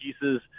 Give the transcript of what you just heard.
pieces